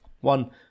one